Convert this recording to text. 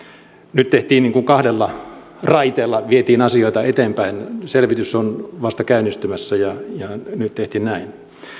nyt tehtiin niin kuin kahdella raiteella vietiin asioita eteenpäin selvitys on vasta käynnistymässä ja nyt tehtiin näin